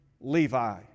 Levi